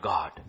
God